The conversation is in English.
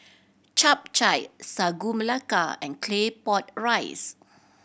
Chap Chai Sagu Melaka and Claypot Rice